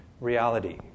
reality